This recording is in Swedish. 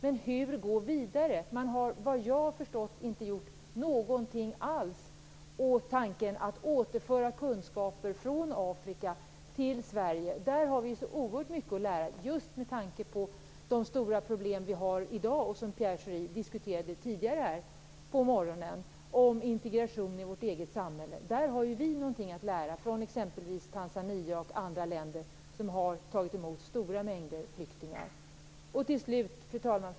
Men hur skall man gå vidare? Vad jag har förstått har man inte gjort något alls åt tanken att återföra kunskaper från Afrika till Sverige. Där har vi oerhört mycket att lära, just med tanke på de stora problem som finns i dag och som Pierre Schori diskuterade i morse, dvs. integration i vårt eget samhälle. Där har vi något att lära oss av Tanzania och andra länder som har tagit emot stora mängder flyktingar. Fru talman!